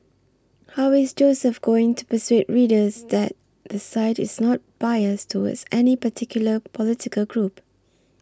how is Joseph going to persuade readers that the site is not biased towards any particular political group